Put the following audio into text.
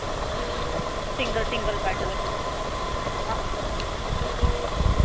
single single bed लग्गे दे